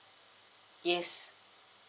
yes